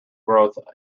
growth